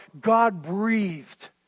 God-breathed